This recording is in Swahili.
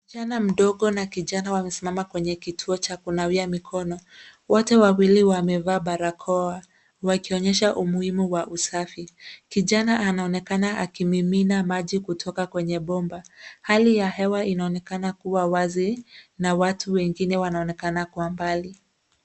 Msichana mdogo na kijana wamesimama kwenye kituo cha kunawia mikono. Wote wawili wamevaa barakoa wakionyesha umuhimu wa usafi. Kijana anaonekana akimimina maji kutoka kwenye bomba. Hali ya hewa inaonekana kuwa wazi na watu wengine wanaonekana kwa mbali.